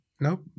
nope